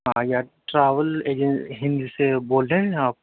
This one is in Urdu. ہاں یا ٹراول ایجن ہند سے بول رہے ہیں آپ